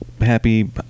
happy